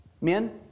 Men